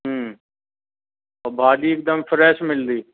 हम्म त भाॼी हिकदमि फ़्रैश मिलंदी